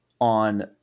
on